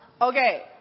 Okay